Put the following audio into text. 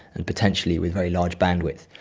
and potentially with very large bandwidth.